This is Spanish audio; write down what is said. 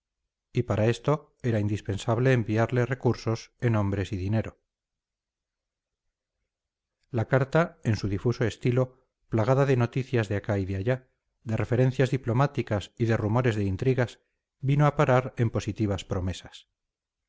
y para esto era indispensable enviarle recursos en hombres y dinero la carta en su difuso estilo plagada de noticias de acá y de allá de referencias diplomáticas y de rumores de intrigas vino a parar en positivas promesas